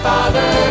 Father